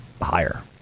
higher